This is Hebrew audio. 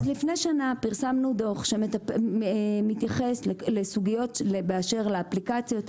אז לפני שנה פרסמנו דוח שמתייחס לסוגיות באשר לאפליקציות,